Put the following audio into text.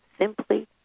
simply